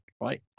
right